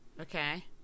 Okay